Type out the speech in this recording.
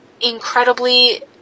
incredibly